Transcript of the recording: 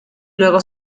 luego